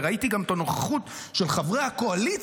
וראיתי גם את הנוכחות של חברי הקואליציה